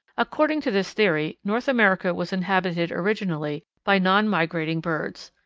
according to this theory north america was inhabited originally by non-migrating birds.